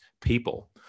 people